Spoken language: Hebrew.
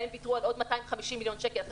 להם ויתרו על עוד 250 מיליון שקל אחרי